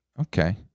Okay